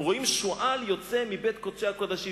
הם רואים שועל יוצא מבית קודשי-הקודשים,